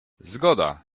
zgoda